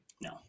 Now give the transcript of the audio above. No